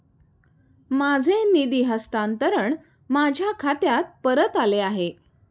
माझे निधी हस्तांतरण माझ्या खात्यात परत आले आहे